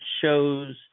shows